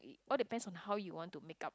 all depends on how you want to make-up